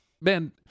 man